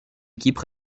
équipes